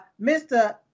Mr